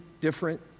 different